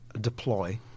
deploy